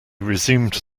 resumed